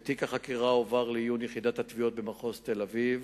תיק החקירה הועבר לעיון יחידת התביעות במחוז תל-אביב,